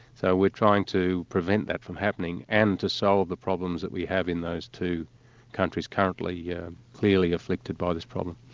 so we're trying to prevent that from happening, and to solve the problems that we have in those two countries, currently yeah clearly afflicted by this problem.